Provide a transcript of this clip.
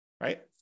right